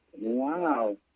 Wow